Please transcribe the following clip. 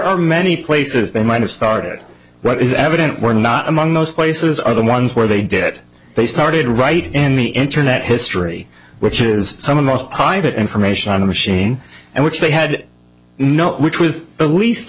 are many places they might have started what is evident were not among those places are the ones where they did they started right in the internet history which is some of the most private information on the machine and which they had no which was the least